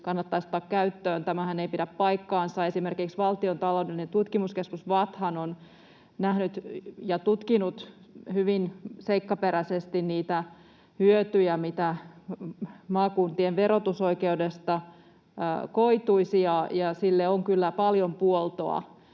kannattaisi ottaa käyttöön. Tämähän ei pidä paikkaansa. Esimerkiksi Valtion taloudellinen tutkimuskeskus VATT:han on nähnyt ja tutkinut hyvin seikkaperäisesti niitä hyötyjä, mitä maakuntien verotusoikeudesta koituisi, ja sille on kyllä paljon puoltoa.